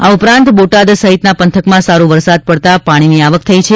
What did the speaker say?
આ ઉપરાંત બોટાદ સહિતના પંથકમાં સારો વરસાદ પડતાં પાણીની આવક થઈ છે